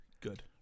Good